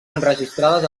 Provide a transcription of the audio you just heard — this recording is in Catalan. enregistrades